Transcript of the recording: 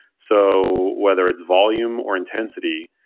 so whether it's volume or intensity,